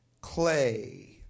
clay